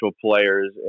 players